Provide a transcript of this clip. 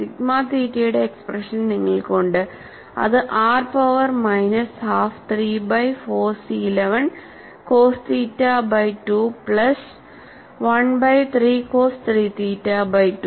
sigma തീറ്റയുടെ expression നിങ്ങൾക്ക് ഉണ്ട് അത് R power minus half 3 by 4 C 11 cos theta by 2 plus 1 by 3 cos 3 theta by 2